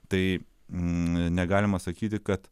tai negalima sakyti kad